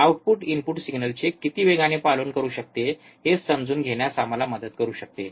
output input सिग्नलचे किती वेगाने पालन करू शकते हे समजून घेण्यास आम्हाला मदत करू शकते